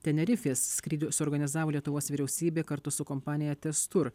tenerifės skrydį suorganizavo lietuvos vyriausybė kartu su kompanija tez tour